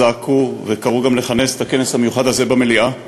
זעקו וקראו גם לכנס את הכנס המיוחד הזה במליאה,